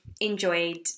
enjoyed